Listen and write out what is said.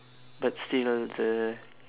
but still ah the